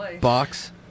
box